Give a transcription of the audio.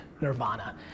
Nirvana